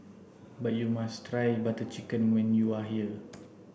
but you must try Butter Chicken when you are here